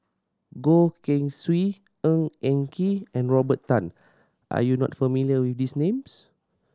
Goh Keng Swee Ng Eng Kee and Robert Tan are you not familiar with these names